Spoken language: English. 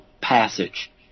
passage